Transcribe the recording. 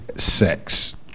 Sex